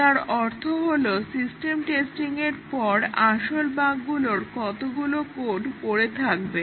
যার অর্থ হলো সিস্টেম টেস্টিংয়ের পর আসল বাগগুলোর কতগুলো কোডে পরে থাকবে